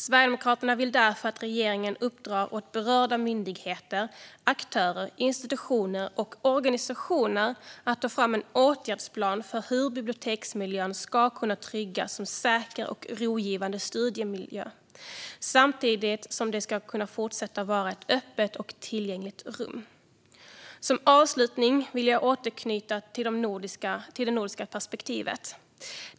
Sverigedemokraterna vill därför att regeringen uppdrar åt berörda myndigheter, aktörer, institutioner och organisationer att ta fram en åtgärdsplan för hur biblioteksmiljön ska kunna tryggas som en säker och rogivande studiemiljö, samtidigt som biblioteket kan fortsätta vara ett öppet och tillgängligt rum. Som avslutning vill jag återknyta till det nordiska perspektivet.